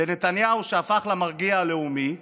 לנתניהו שהפך למרגיע הלאומי,